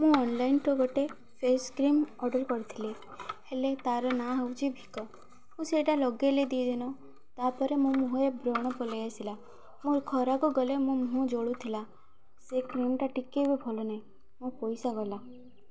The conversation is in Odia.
ମୁଁ ଅନଲାଇନ୍ରୁ ଗୋଟେ ଫେସ୍ କ୍ରିମ୍ ଅର୍ଡ଼ର କରିଥିଲି ହେଲେ ତାର ନାଁ ହେଉଛି ଭିକୋ ମୁଁ ସେଇଟା ଲଗେଇଲି ଦୁଇଦିନ ତାପରେ ମୋ ମୁହଁରେ ବ୍ରଣ ପଲେଇ ଆସିଲା ମୋର ଖରାକୁ ଗଲେ ମୋ ମୁହଁ ଜଳୁଥିଲା ସେ କ୍ରିମ୍ଟା ଟିକେ ବି ଭଲ ନାହିଁ ମୋ ପଇସା ଗଲା